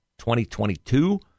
2022